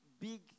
big